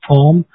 Form